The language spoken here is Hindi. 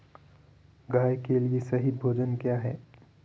गाय के लिए सही भोजन क्या है?